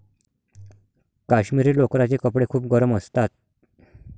काश्मिरी लोकरचे कपडे खूप गरम असतात